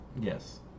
Yes